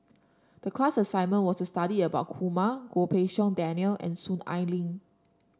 the class assignment was to study about Kumar Goh Pei Siong Daniel and Soon Ai Ling